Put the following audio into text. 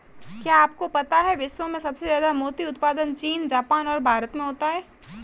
क्या आपको पता है विश्व में सबसे ज्यादा मोती उत्पादन चीन, जापान और भारत में होता है?